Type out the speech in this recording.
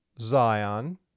Zion